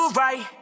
right